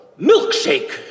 milkshake